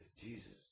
Jesus